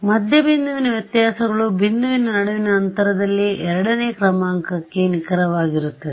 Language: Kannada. ಆದ್ದರಿಂದ ಮಧ್ಯ ಬಿಂದುವಿನ ವ್ಯತ್ಯಾಸಗಳು ಬಿಂದುವಿನ ನಡುವಿನ ಅಂತರದಲ್ಲಿ ಎರಡನೇ ಕ್ರಮಾಂಕಕ್ಕೆ ನಿಖರವಾಗಿರುತ್ತವೆ